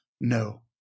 no